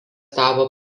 tapo